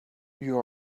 you